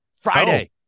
Friday